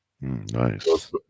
Nice